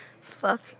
Fuck